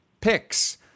Picks